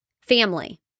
family